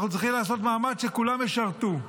אנחנו צריכים לעשות מאמץ שכולם ישרתו.